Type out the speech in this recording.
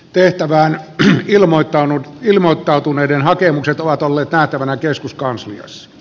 tehtävään ilmoittautuneiden hakemukset ovat olleet nähtävänä keskuskansliassa